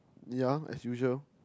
ya as usual